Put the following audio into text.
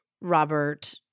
Robert